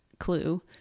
clue